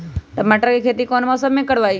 टमाटर की खेती कौन मौसम में करवाई?